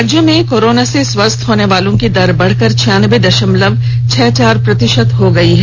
राज्य में कोरोना से स्वस्थ होनेवालों की दर बढ़कर छियानबे दशमलव छह चार प्रतिशत हो गयी है